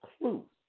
clue